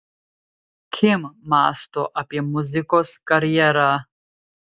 kim mąsto apie muzikos karjerą